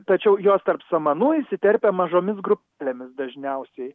ir tačiau jos tarp samanų įsiterpia mažomis grupėmis dažniausiai